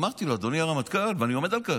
אמרתי לו: אדוני הרמטכ"ל, ואני עומד על כך,